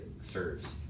serves